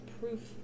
proof